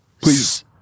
Please